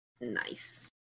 Nice